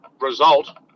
result